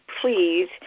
please